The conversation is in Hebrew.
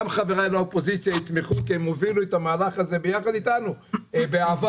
גם חבריי לאופוזיציה יתמכו כי הם הובילו את המהלך ביחד אתנו בעבר,